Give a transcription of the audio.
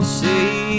say